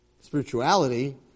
Spirituality